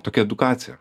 tokia edukacija